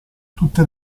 tutte